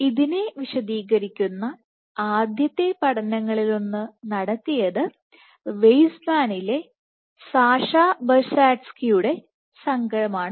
ഇതിനെ വിശദീകരിക്കുന്ന ആദ്യത്തെ പഠനങ്ങളിലൊന്ന് നടത്തിയത് വെയ്സ്മാനിലെ സാഷാ ബെർഷാഡ്സ്കിയുടെ സംഘമാണ്